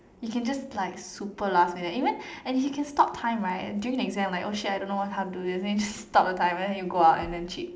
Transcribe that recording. you can just like super last minute even and you can stop time right during the exam like oh shit I don't know how to do this then you just stop the time and then you go out and then cheat